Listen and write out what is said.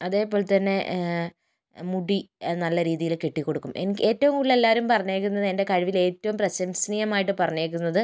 അതേപോലെത്തന്നെ മുടി നല്ല രീതിയിൽ കെട്ടിക്കൊടുക്കും എനിക്ക് ഏറ്റവും കൂടുതൽ എല്ലാവരും പറഞ്ഞിരിക്കുന്നത് എൻ്റെ കഴിവിൽ ഏറ്റവും പ്രശംസനീയം ആയിട്ട് പറഞ്ഞിരിക്കുന്നത്